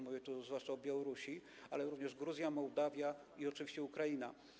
Mówię tu zwłaszcza o Białorusi, ale również o Gruzji, Mołdawii i oczywiście o Ukrainie.